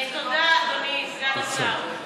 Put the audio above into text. תודה, אדוני סגן השר.